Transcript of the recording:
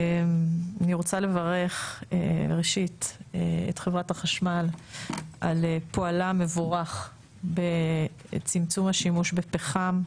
אני רוצה לברך את חברת החשמל על פועלה המבורך בצמצום השימוש בפחם.